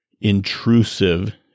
intrusive